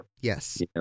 Yes